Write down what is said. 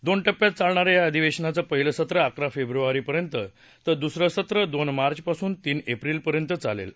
दोन िय्यात चालणाऱ्या या अधिवेशनाचं पहिलं सत्र अकरा फेब्रुवारीपर्यंत तर दुसरं सत्र दोन मार्यपासून तीन एप्रिलपर्यंत चालेल